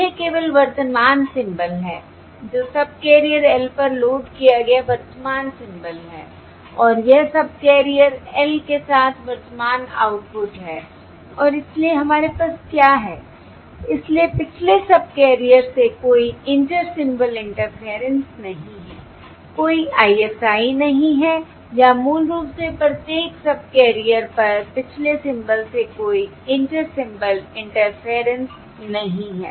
यह केवल वर्तमान सिंबल है जो सबकैरियर l पर लोड किया गया वर्तमान सिंबल है और यह सबकैरियर्स l के साथ वर्तमान आउटपुट है और इसलिए हमारे पास क्या है इसलिए पिछले सबकैरियर से कोई इंटर सिंबल इंटरफेयरेंस नहीं है कोई ISI नहीं है या मूल रूप से प्रत्येक सबकैरियर पर पिछले सिंबल से कोई इंटर सिंबल इंटरफेयरेंस नहीं है